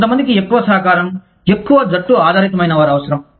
కొంతమందికి ఎక్కువ సహకారం ఎక్కువ జట్టు ఆధారితమైనవారు అవసరం